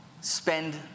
spend